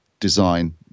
design